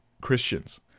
Christians